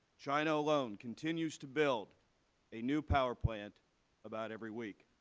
china alone continues to build a new power plant about every week.